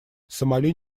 сомали